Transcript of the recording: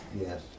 Yes